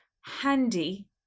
handy